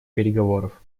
переговоров